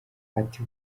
ati